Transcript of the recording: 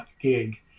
gig